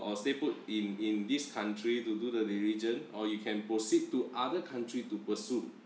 or stay put in in this country to do the diligent or you can proceed to other country to pursue